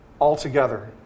altogether